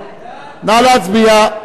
נא להצביע.